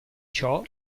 ciò